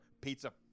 pizza